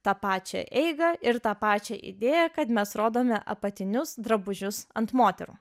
tą pačią eigą ir tą pačią idėją kad mes rodome apatinius drabužius ant moterų